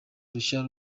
rushya